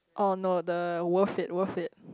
oh no the worth it worth it